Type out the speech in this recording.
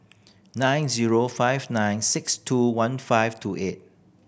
nine zero five nine six two one five two eight